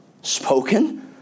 spoken